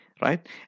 Right